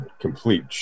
complete